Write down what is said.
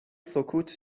سکوت